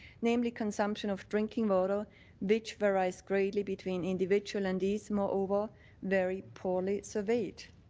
namely consumption of drinking water which varies greatly between individual and is moreover very poorly surveyed.